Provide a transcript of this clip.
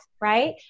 Right